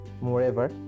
Moreover